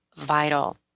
vital